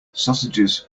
sausages